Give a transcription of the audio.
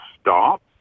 stop